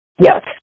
Yes